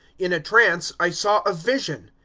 in a trance i saw a vision.